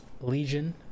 legion